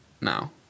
now